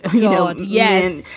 you know. and yes.